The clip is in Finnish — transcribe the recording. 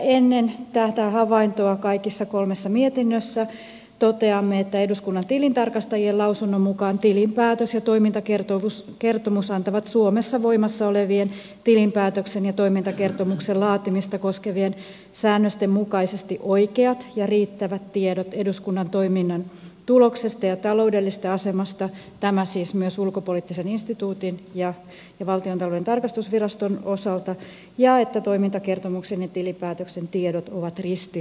ennen tätä havaintoa kaikissa kolmessa mietinnössä toteamme että eduskunnan tilintarkastajien lausunnon mukaan tilinpäätös ja toimintakertomus antavat suomessa voimassa olevien tilinpäätöksen ja toimintakertomuksen laatimista koskevien säännösten mukaisesti oikeat ja riittävät tiedot eduskunnan toiminnan tuloksesta ja taloudellisesta asemasta tämä siis myös ulkopoliittisen instituutin ja valtiontalouden tarkastusviraston osalta ja että toimintakertomuksen ja tilinpäätöksen tiedot ovat ristiriidattomia